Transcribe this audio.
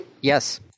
Yes